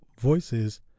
voices